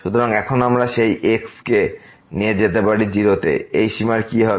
সুতরাং এখন আমরা সেই x কে নিয়ে যেতে পারি 0 তে এই সীমার কি হবে